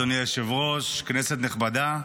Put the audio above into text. אדוני היושב-ראש, כנסת נכבדה,